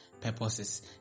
purposes